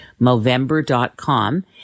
Movember.com